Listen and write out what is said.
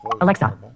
Alexa